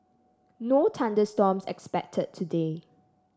no thunder storms expected today